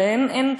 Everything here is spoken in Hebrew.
אין,